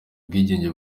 ubwigenge